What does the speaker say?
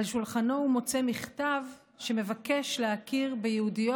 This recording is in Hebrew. על שולחנו הוא מוצא מכתב שמבקש להכיר ביהודיות